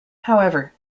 however